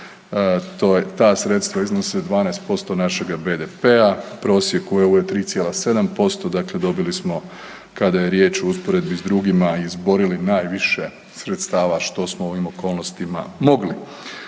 Ta sredstva iznos 12% našega BDP-a, prosjek u EU je 3,7% dakle dobili smo kada je riječ o usporedbi s drugima izborili najviše sredstava što smo u ovim okolnostima mogli.